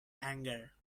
anger